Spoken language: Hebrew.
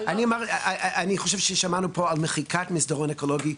אני חושב ששמענו פה על מחיקת מסדרון אקולוגי.